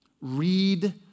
Read